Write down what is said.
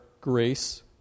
grace